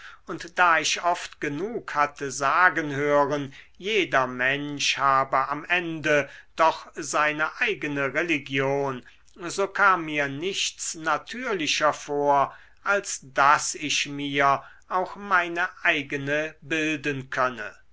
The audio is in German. und da ich oft genug hatte sagen hören jeder mensch habe am ende doch seine eigene religion so kam mir nichts natürlicher vor als daß ich mir auch meine eigene bilden könne